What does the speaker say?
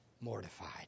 mortified